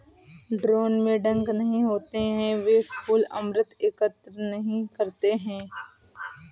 drone में डंक नहीं होते हैं, वे फूल अमृत एकत्र नहीं करते हैं